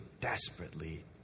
desperately